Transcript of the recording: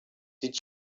did